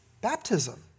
baptism